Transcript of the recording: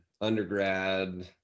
undergrad